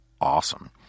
awesome